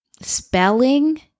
spelling